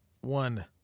one